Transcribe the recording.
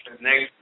Next